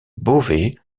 beauvais